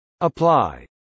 Apply